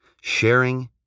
sharing